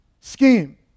scheme